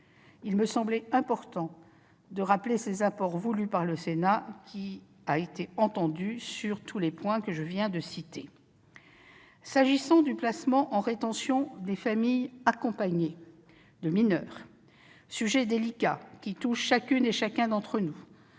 Il me semblait important de rappeler ces apports voulus par le Sénat, qui a été entendu sur tous ces points. S'agissant du placement en rétention des familles accompagnées de mineurs, sujet délicat qui touche chacune et chacun d'entre nous,